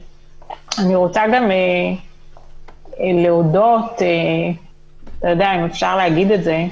אני רוצה גם להודות, אם אפשר להגיד את זה,